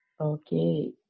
Okay